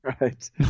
Right